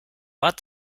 bat